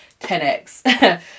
10X